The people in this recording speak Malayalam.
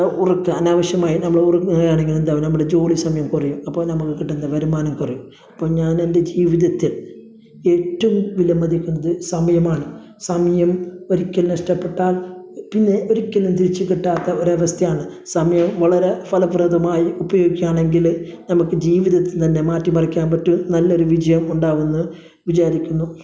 ഉറങ്ങാൻ അനാവശ്യമായി നമ്മൾ ഉറങ്ങുകയാണെങ്കിൽ എന്താവും നമ്മുടെ ജോലി സമയം കുറയും അപ്പോൾ നമുക്ക് കിട്ടുന്ന വരുമാനം കുറയും അപ്പോൾ ഞാനെൻ്റെ ജീവിതത്തിൽ ഏറ്റോം വിലമതിക്കുന്നത് സമയമാണ് സമയം ഒരിക്കൽ നഷ്ടപ്പെട്ടാൽ പിന്നെ ഒരിക്കലും തിരിച്ച് കിട്ടാത്ത ഒരവസ്ഥയാണ് സമയം വളരെ ഫലപ്രദമായി ഉപയോഗിക്കുകയാണെങ്കിൽ നമുക്ക് ജീവിതത്തിൽ തന്നെ മാറ്റിമറിക്കാൻ പറ്റും നല്ലൊരു വിജയം ഉണ്ടാവുമെന്ന് വിചാരിക്കുന്നു